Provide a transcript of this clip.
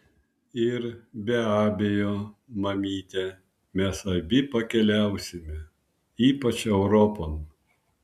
ir be abejo mamyte mes abi pakeliausime ypač europon